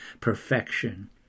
perfection